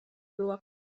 była